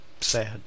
sad